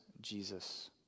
Jesus